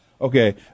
Okay